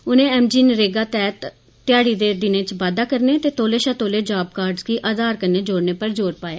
उनें मनरेगा तैहत ध्याड़ी दे दिनें च बाद्वा करने ते तौले शा तौले जॉब कार्ड गी आधार कन्नै जोड़ने पर ज़ोर पाया